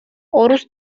орус